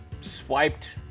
swiped